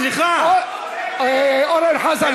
מקווה, בעזרת השם, כל היהודים.